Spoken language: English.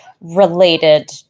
related